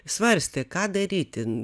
svarstė ką daryti